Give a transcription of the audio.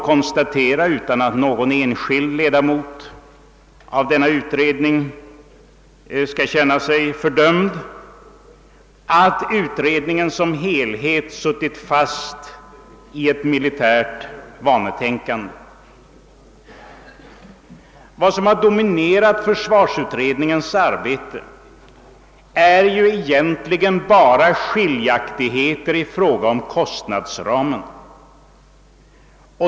Jag medger att utredningen arbetat under mycket svåra förhållanden, eftersom en betydande del av ledamöterna hoppade av innan arbetet var slutfört. Vad som dominerat försvarsutredningens arbete är egentligen bara skiljaktigheter i fråga om kostnadsramen.